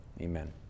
Amen